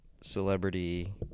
Celebrity